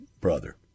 brother